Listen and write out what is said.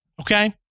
okay